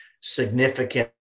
significant